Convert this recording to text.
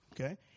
Okay